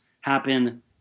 happen